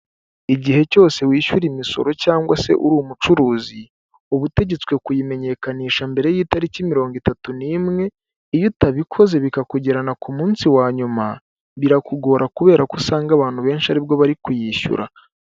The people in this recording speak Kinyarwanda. Igihe cyose wishyura imisoro cyangwa se uri umucuruzi, uba utegetswe kuyimenyekanisha mbere y'itariki mirongo itatu n'imwe iyo utabikoze bikakugererana ku munsi wa nyuma, birakugora kubera ko usanga abantu benshi ari bwo bari kuyishyura.